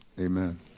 Amen